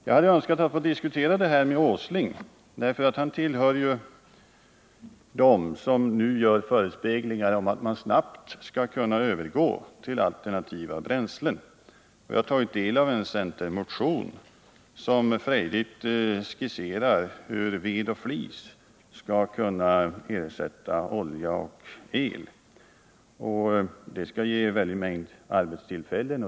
Jag hade önskat att få diskutera det här med Nils Åsling, därför att han tillhör dem som nu gör förespeglingar om att man snabbt skall kunna övergå till alternativa bränslen. Jag har tagit del av en centermotion där det frejdigt skisseras hur ved och flis skall kunna ersätta olja ochel — det skall ge en väldig mängd arbetstillfällen.